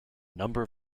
number